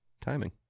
Timing